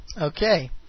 Okay